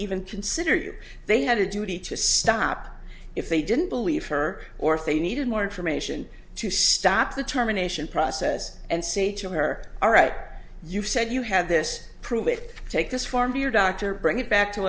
even consider you they had a duty to stop if they didn't believe her or if they needed more information to stop the terminations process and say to her all right you said you had this prove it take this form to your doctor bring it back to